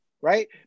right